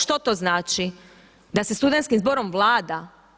Što to znači da se studentskim zborom vlada?